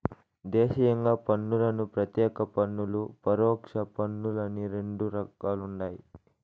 దేశీయంగా పన్నులను ప్రత్యేక పన్నులు, పరోక్ష పన్నులని రెండు రకాలుండాయి